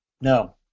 No